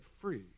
free